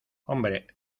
hombre